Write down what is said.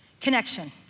connection